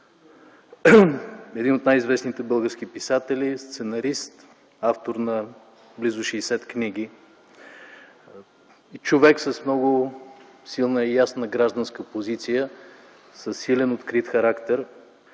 един от най-известните български писатели, сценарист, автор на близо 60 книги, човек с много силна и ясна гражданска позиция, със силен, открит характер.